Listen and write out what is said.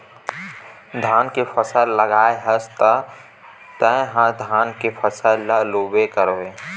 धान के फसल लगाए हस त तय ह धान के फसल ल लूबे करबे